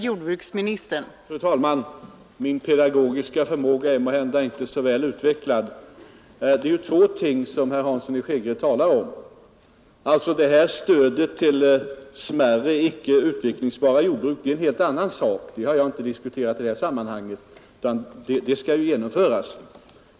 Fru talman! Min pedagogiska förmåga är måhända inte så väl utvecklad. Det är två olika ting som herr Hansson i Skegrie talar om. Stödet till smärre icke utvecklingsbara jordbruk är en helt annan sak, som jag inte har diskuterat i detta sammanhang. Det är en åtgärd som skall genomföras.